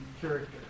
character